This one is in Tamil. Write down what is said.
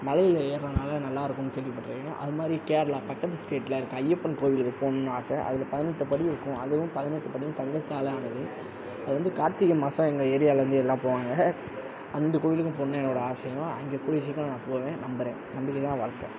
மலையில் ஏறுறனால நல்லா இருக்குன்னு கேள்விப்பட்ருக்கேன் அது மாதிரி கேரளா பக்கத்து ஸ்டேடில் இருக்க ஐயப்பன் கோவிலுக்கு போணுன்னு ஆசை அதில் பதினெட்டு படி இருக்கும் அதுவும் பதினெட்டு படியும் தங்கத்தால் ஆனது அது வந்து கார்த்திகை மாதம் எங்கள் ஏரியாலந்து எல்லாம் போவாங்க அந்த கோயிலுக்கும் போணுன்னு என்னோட ஆசையும் அங்கே கூடிய சீக்கிரம் நான் போவேன் நம்புறேன் நம்பிக்கைதான் வாழ்க்கை